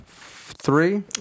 three